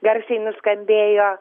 garsiai nuskambėjo